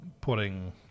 putting